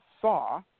saw